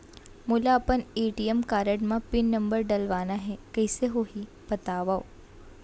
मोला अपन ATM card म पिन नंबर डलवाना हे कइसे होही बतावव?